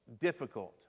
difficult